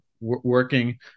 working